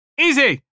Easy